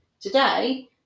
today